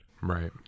Right